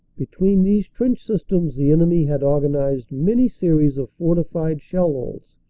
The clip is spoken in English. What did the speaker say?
between these trench systems the enemy had organized many series of fortified shell-holes,